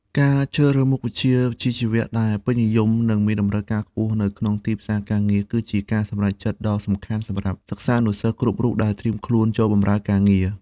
ការជ្រើសរើសមុខជំនាញវិជ្ជាជីវៈដែលពេញនិយមនិងមានតម្រូវការខ្ពស់នៅក្នុងទីផ្សារការងារ គឺជាការសម្រេចចិត្តដ៏សំខាន់សម្រាប់សិស្សានុសិស្សគ្រប់រូបដែលត្រៀមខ្លួនចូលបម្រើការងារ។